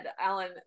Alan